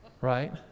Right